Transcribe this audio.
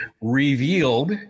revealed